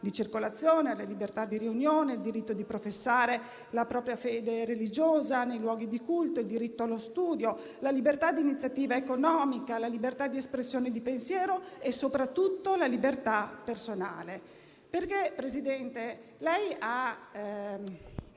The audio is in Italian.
circolazione, alla libertà di riunione, il diritto di professare la propria fede religiosa nei luoghi di culto, il diritto allo studio, la libertà di iniziativa economica, la libertà di espressione di pensiero e, soprattutto, la libertà personale. Presidente, lei ha